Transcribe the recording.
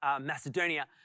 Macedonia